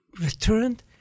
returned